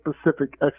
specific